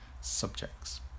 subjects